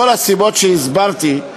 מכל הסיבות שהסברתי,